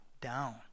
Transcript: down